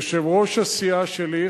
יושב-ראש הסיעה שלי,